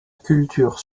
culture